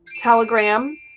Telegram